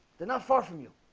they're not far from you